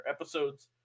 episodes